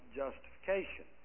justification